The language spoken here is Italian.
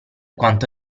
quanto